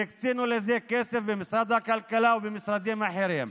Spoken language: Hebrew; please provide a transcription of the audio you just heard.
והקצינו לזה כסף במשרד הכלכלה ובמשרדים אחרים,